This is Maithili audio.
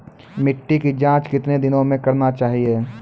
मिट्टी की जाँच कितने दिनों मे करना चाहिए?